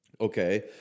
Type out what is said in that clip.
okay